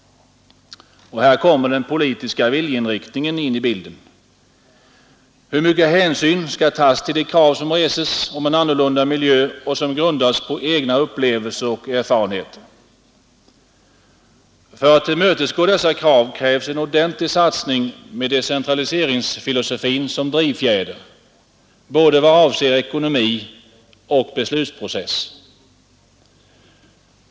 Här kommer den politiska viljeinriktningen in i bilden. Hur mycken hänsyn skall tas till de krav på en annorlunda miljö som höjs och som grundas på egna upplevelser och erfarenheter? För att tillmötesgå dessa krav krävs en ordentlig satsning med decentraliseringsfilosofin som drivfjäder — i vad avser både ekonomi och beslutsprocess.